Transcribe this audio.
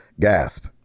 gasp